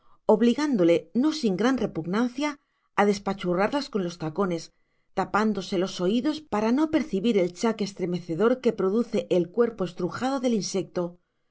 obligándole no sin gran repugnancia a despachurrarlas con los tacones tapándose los oídos para no percibir el chac estremecedor que produce el cuerpo estrujado del insecto